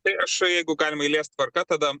tai aš jeigu galim eilės tvarka tada